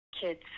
kids